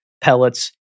pellets